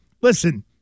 listen